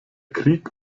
krieg